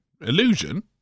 illusion